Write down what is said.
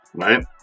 right